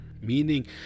meaning